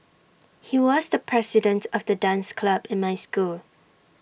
he was the president of the dance club in my school